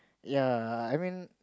yea I mean